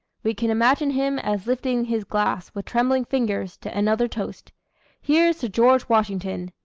we can imagine him as lifting his glass with trembling fingers to another toast here's to george washington!